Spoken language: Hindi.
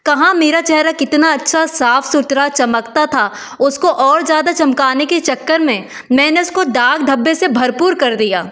कहाँ मेरा चेहरा कितना अच्छा साफ सुथरा चमकता था उसको और ज़्यादा चमकाने के चक्कर में मैंने उसको दाग धब्बे से भरपूर कर दिया